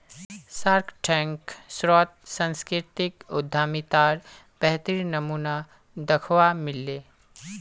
Shark Tank शोत सांस्कृतिक उद्यमितार बेहतरीन नमूना दखवा मिल ले